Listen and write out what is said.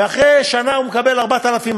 ואחרי שנה הוא מקבל 4,200,